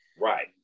right